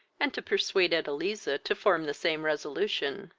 and to persuade edeliza to form the same resolution.